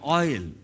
oil